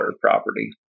property